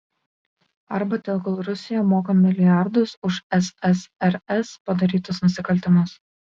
arba tegul rusija moka milijardus už ssrs padarytus nusikaltimus